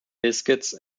biscuits